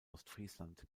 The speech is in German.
ostfriesland